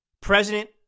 President